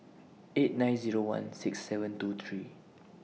eight nine Zero one six seven two three